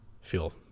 Feel